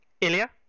Ilya